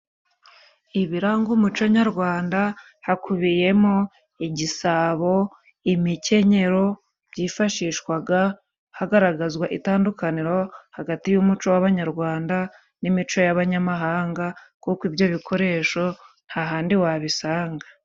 ibiranga umuco nyarwanda hakubiyemo : igisabo, imikenyero byifashishwaga hagaragazwa itandukaniro hagati y'umuco w'abanyarwanda n'imico y'abanyamahanga kuko ibyo bikoresho nta handi wabisanga.